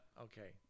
Okay